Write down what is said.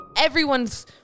Everyone's